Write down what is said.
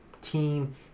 team